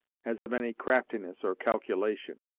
as of any craftiness or calculation.